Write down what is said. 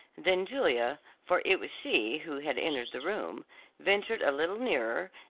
then julia for it was she who had entered the room ventured a little nearer,